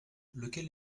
lequel